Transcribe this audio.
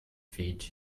feeds